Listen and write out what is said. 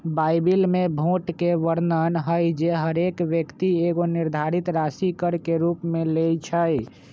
Bible में भोट के वर्णन हइ जे हरेक व्यक्ति एगो निर्धारित राशि कर के रूप में लेँइ छइ